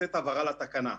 לתת הבהרה על התקנה.